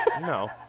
no